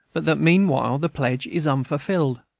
but that, meanwhile, the pledge is unfulfilled.